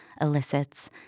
elicits